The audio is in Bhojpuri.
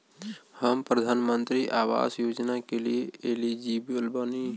हम प्रधानमंत्री आवास योजना के लिए एलिजिबल बनी?